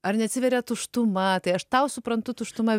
ar neatsiveria tuštuma tai aš tau suprantu tuštuma